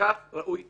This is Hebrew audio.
וכך ראוי שיהיה.